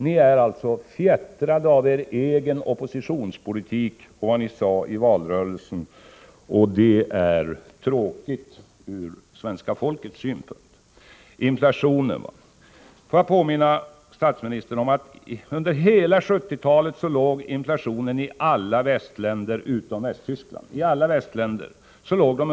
Ni är alltså fjättrade av er egen oppositionspolitik och av vad ni sade i valrörelsen, och det är tråkigt från svenska folkets synpunkt. Låt mig när det gäller inflationen påminna statsministern om att den under hela 1970-talet i alla västländer utom Västtyskland låg på 10 26.